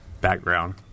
background